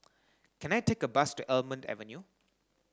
can I take a bus to Almond Avenue